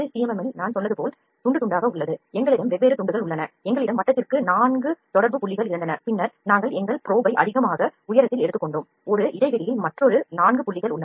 எம்மில் நான் சொன்னது போல் துண்டு துண்டாக உள்ளது எங்களிடம் வெவ்வேறு துண்டுகள் உள்ளன எங்களிடம் வட்டத்திற்கு 4 தொடர்பு புள்ளிகள் இருந்தன பின்னர் நாங்கள் எங்கள் probe ஐ அதிகமான உயரத்தில் எடுத்துக்கொண்டோம் ஒரு இடைவெளியில் மற்றொரு 4 புள்ளிகள் உள்ளன